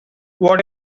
what